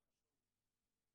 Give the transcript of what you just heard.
חברת הכנסת קארין אלהרר.